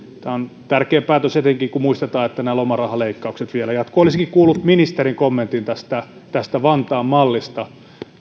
tämä on tärkeä päätös etenkin kun muistetaan että nämä lomarahaleikkaukset vielä jatkuvat olisinkin kuullut ministerin kommentin tästä tästä vantaan mallista